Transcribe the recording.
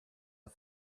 are